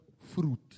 fruit